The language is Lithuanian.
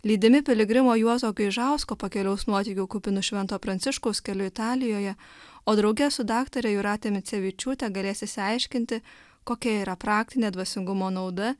lydimi piligrimo juozo gaižausko pakeliaus nuotykių kupinu švento pranciškaus keliu italijoje o drauge su daktare jūrate micevičiūte galės išsiaiškinti kokia yra praktinė dvasingumo nauda